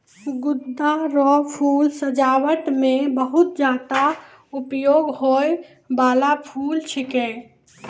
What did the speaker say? गेंदा रो फूल सजाबट मे बहुत ज्यादा उपयोग होय बाला फूल छिकै